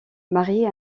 mariée